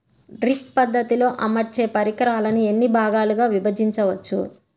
Drip పద్ధతిలో అమర్చే పరికరాలను ఎన్ని భాగాలుగా విభజించవచ్చు?